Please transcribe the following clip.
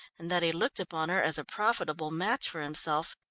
and that he looked upon her as a profitable match for himself,